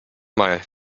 mal